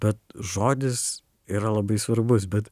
bet žodis yra labai svarbus bet